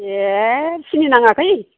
ए सिनि नाङाखै